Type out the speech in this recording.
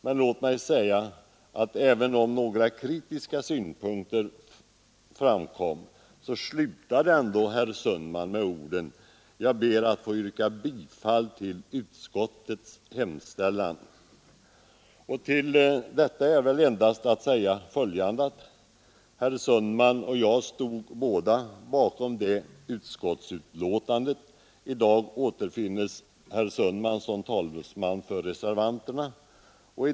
Låt mig bara säga att även om några kritiska synpunkter framkom slutade herr Sundman med orden: ”Jag ber att få yrka bifall till utskottets hemställan.” Om detta är väl endast att säga följande: Herr Sundman och jag stod båda bakom det utskottsbetänkandet. I dag återfinns herr Sundman som talesman för reservanterna.